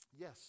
Yes